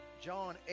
John